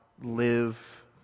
live